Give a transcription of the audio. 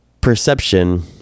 perception